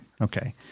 Okay